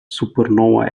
supernova